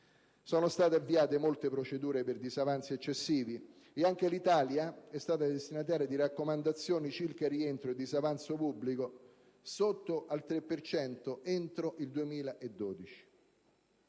Sono state avviate molte procedure per disavanzi eccessivi. E anche l'Italia è stata destinataria di raccomandazioni circa il rientro del disavanzo pubblico sotto il 3 per cento entro il 2012.